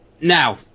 now